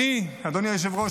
אדוני היושב-ראש,